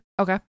Okay